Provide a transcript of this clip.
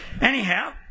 Anyhow